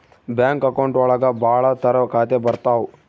bank account ಒಳಗ ಭಾಳ ತರ ಖಾತೆ ಬರ್ತಾವ್